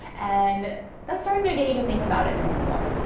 and that's starting to get you to think about it more and more.